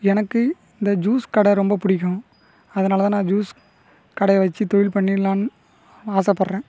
எனக்கு இந்த ஜூஸ் கடை ரொம்ப பிடிக்கும் அதனால் தான் நான் ஜூஸ் கடையை வச்சு தொழில் பண்ணிடலான்னு ஆசைப்பட்றேன்